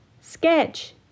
Sketch